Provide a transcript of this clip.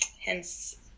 hence